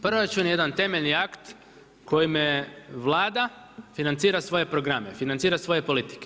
Proračun je jedan temeljni akt kojim Vlada financira svoje programe, financira svoje politike.